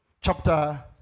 chapter